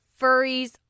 furries